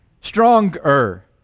Stronger